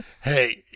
hey